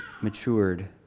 matured